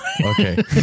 Okay